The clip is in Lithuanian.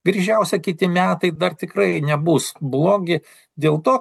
greičiausia kiti metai dar tikrai nebus blogi dėl to